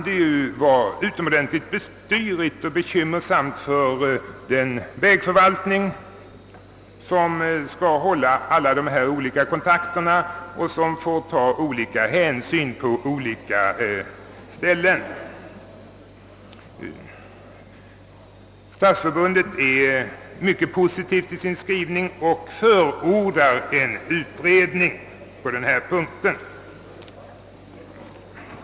Det kan vara utomordentligt besvärligt och bekymmersamt för den vägförvaltning som skall hålla alla dessa kontakter och som får ta olika hänsyn på olika platser. Stadsförbundet är mycket positivt i sin skrivning och förordar en utredning på denna punkt.